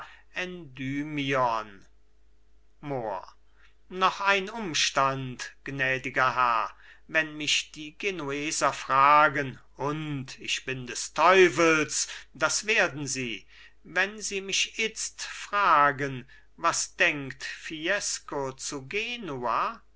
noch ein umstand gnädiger herr wenn mich die genueser fragen und ich bin des teufels das werden sie wenn sie mich itzt fragen was denkt fiesco zu genua